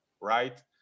right